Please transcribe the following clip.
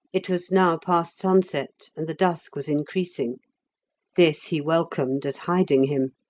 it was now past sunset and the dusk was increasing this he welcomed as hiding him.